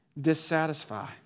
dissatisfy